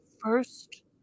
first